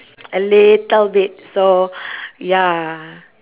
a little bit so ya